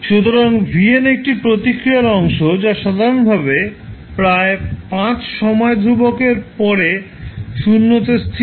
সুতরাং vn একটি প্রতিক্রিয়ার অংশ যা সাধারণভাবে প্রায় 5 সময় ধ্রুবকের পরে 0 তে স্থির হয়